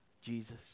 Jesus